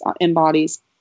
embodies